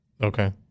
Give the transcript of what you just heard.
Okay